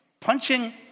Punching